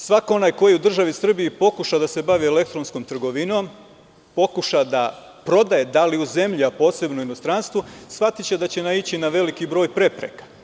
Svako onaj ko u državi Srbiji pokuša da se bavi elektronskom trgovinom, pokuša da prodaje, da li u zemlji, a posebno u inostranstvu, shvatiće da će naići na veliki broj prepreka.